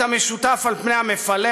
את המשותף על פני המפלג,